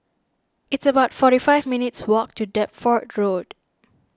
it's about forty five minutes' walk to Deptford Road